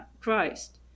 Christ